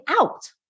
out